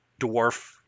dwarf